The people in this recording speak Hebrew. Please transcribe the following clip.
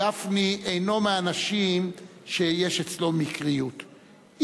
גפני אינו מהאנשים שיש אצלם מקריות,